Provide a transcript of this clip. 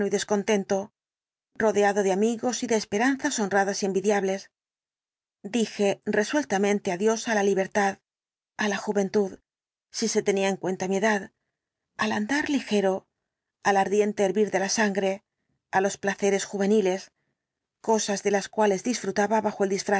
descontento rodeado de amigos y de esperanzas honradas y envidiables dije resueltamente adiós ala libertad ala juventud si se tenía en cuenta mi edad al andar ligero al ardiente hervir de la sangre á los placeres juveniles cosas de las cuales disfrutaba bajo el